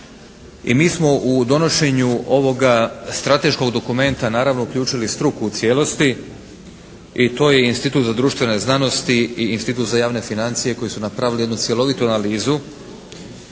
i mi smo u donošenju ovog strateškog dokumenta naravno uključili struku u cijelosti. I to je Institut za društvene znanosti i Institut za javne financije koji su napravili jednu cjelovitu analizu